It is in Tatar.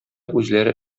үзләре